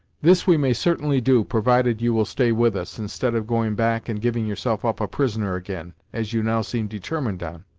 this we may certainly do provided you will stay with us, instead of going back and giving yourself up a prisoner, again, as you now seem determined on.